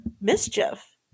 Mischief